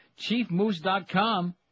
chiefmoose.com